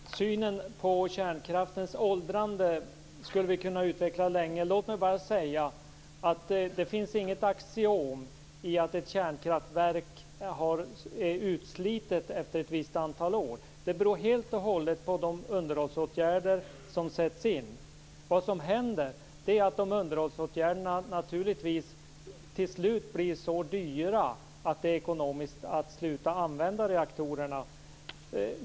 Fru talman! Synen på kärnkraftens åldrande skulle vi kunna utveckla länge. Låt mig bara säga att det inte finns något axiom för att ett kärnkraftverk är utslitet efter ett visst antal år. Det beror helt och hållet på de underhållsåtgärder som sätts in. Det som händer är att underhållsåtgärderna naturligtvis till slut blir så dyra att det är ekonomiskt att sluta att använda reaktorerna.